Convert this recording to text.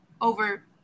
over